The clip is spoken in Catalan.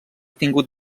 tingut